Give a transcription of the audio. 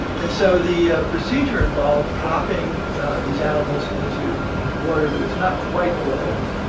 and so the procedure involves dropping these animals into water that was not quite boiling.